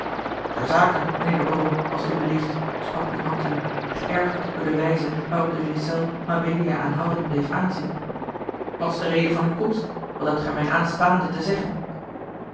ter zake mijnheer de baron als t u belieft sprak nu antony geërgerd door de wijze waarop de ghiselles mabelia aanhoudend bleef aanzien wat is de reden van uwe komst wat hebt gij mijne aanstaande te zeggen